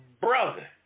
brother